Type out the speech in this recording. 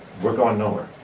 we're going nowhere.